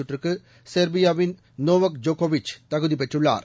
சுற்றுக்கு செர்பியாவின் நோவோக் ஜோக்கோவிச் தகுதி பெற்றுள்ளார்